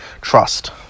trust